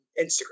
Instagram